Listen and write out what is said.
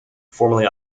formerly